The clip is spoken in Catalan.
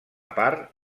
part